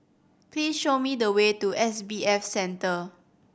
please show me the way to S B F Center